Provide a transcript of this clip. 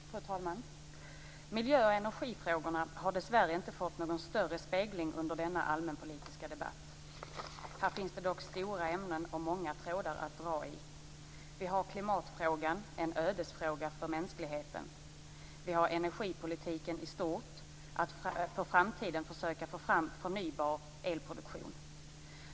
Fru talman! Miljö och energifrågorna har dessvärre inte fått någon större spegling under denna allmänpolitiska debatt. Här finns det dock stora ämnen och många trådar att dra i. Vi har klimatfrågan - en ödesfråga för mänskligheten. Vi har energipolitiken i stort - att för framtiden försöka få fram förnybar elproduktion.